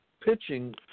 pitching